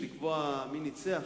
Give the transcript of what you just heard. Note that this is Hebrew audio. - ה"פוטו פיניש" לקבוע מי ניצח,